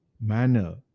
manner